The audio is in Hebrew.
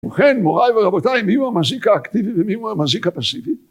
ובכן, מוריי ורבותיי, מי הוא המזיק האקטיבי ומי הוא המזיק הפסיבי